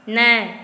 नहि